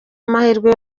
amahirwe